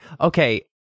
okay